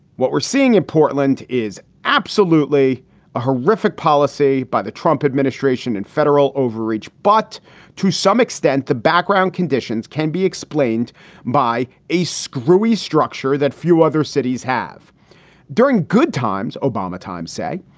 what we're seeing in portland is absolutely a horrific policy by the trump administration and federal overreach. but to some extent, the background conditions can be explained by a screwy structure that few other cities have during good times. obama time say.